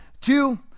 Two